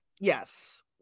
Yes